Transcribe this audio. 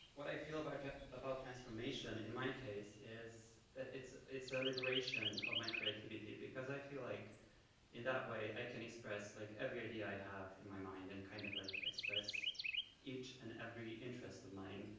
what i feel about about transformation in my case is that it's a so liberation of my creativity, because i feel like in that way, i can express like every idea i have in my mind and kind of like express each and every interest of mine